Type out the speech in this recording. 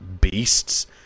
beasts